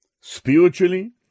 spiritually